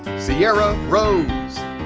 sierra rose.